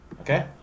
Okay